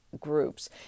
groups